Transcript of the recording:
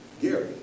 Gary